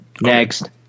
next